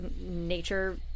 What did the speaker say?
nature